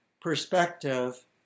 perspective